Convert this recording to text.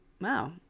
wow